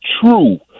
true